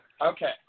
Okay